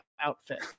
outfit